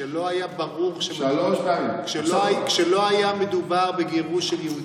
כשלא היה ברור, כשלא היה מדובר בגירוש של יהודים.